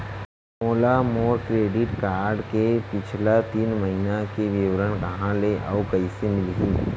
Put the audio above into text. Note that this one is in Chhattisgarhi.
मोला मोर क्रेडिट कारड के पिछला तीन महीना के विवरण कहाँ ले अऊ कइसे मिलही?